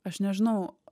aš nežinau